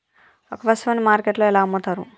ఒక వస్తువును మార్కెట్లో ఎలా అమ్ముతరు?